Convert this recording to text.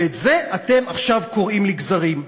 ואת זה אתם עכשיו קורעים לגזרים.